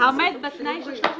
אסף, העומד בתנאי של 350